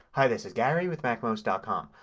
hi, this is gary with macmost ah com.